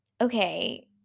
okay